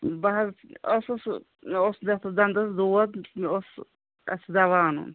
بہٕ حظ ٲسٕس اوس یَتھ دَندَس دود اوس مےٚ اوس اَتھ دَوا اَنُن